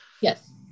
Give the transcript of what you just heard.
Yes